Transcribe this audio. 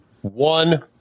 one